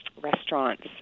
restaurants